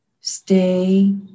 stay